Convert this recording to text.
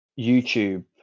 YouTube